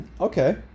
Okay